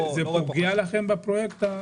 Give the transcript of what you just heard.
תיקון החקיקה פוגע לכם בפרויקט?